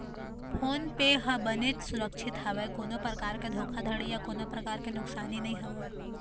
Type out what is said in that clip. phone पे app ह बनेच सुरक्छित हवय कोनो परकार के धोखाघड़ी या कोनो परकार के नुकसानी नइ होवय